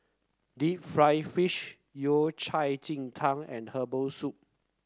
Deep Fried Fish Yao Cai Ji Tang and Herbal Soup